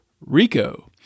RICO